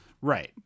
right